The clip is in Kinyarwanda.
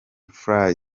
fly